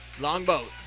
Longboat